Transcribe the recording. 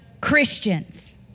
Christians